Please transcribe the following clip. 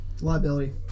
Liability